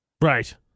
Right